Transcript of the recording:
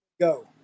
go